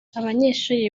abanyeshuri